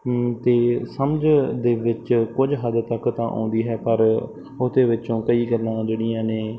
ਅਤੇ ਸਮਝ ਦੇ ਵਿੱਚ ਕੁਝ ਹੱਦ ਤੱਕ ਤਾਂ ਆਉਂਦੀ ਹੈ ਪਰ ਉਹਦੇ ਵਿੱਚੋਂ ਕਈ ਗੱਲਾਂ ਜਿਹੜੀਆਂ ਨੇ